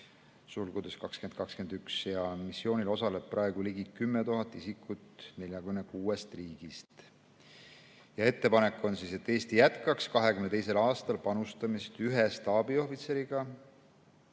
2591(2021). Missioonil osaleb praegu ligi 10 000 isikut 46 riigist. Ettepanek on, et Eesti jätkaks 2022. aastal panustamist ühe staabiohvitseriga,